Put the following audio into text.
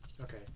Okay